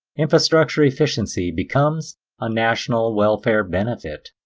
infrastructure efficiency becomes a national welfare benefit.